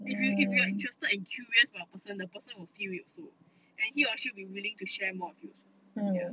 if you if you are interested and curious about the person the person will feel it also and he or she will be willing to share more if it also ya